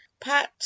pat